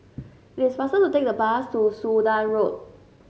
it is faster to take the bus to Sudan Road